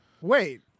Wait